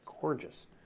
gorgeous